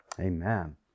Amen